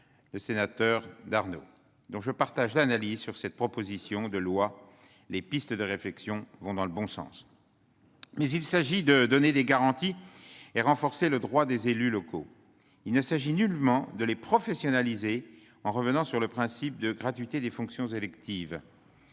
le sénateur Darnaud, dont je partage l'analyse ; les pistes de réflexion vont dans le bon sens. Toutefois, s'il faut donner des garanties et renforcer les droits des élus, il ne s'agit nullement de les professionnaliser en revenant sur le principe de gratuité des fonctions électives.